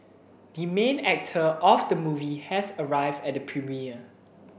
the main actor of the movie has arrived at the premiere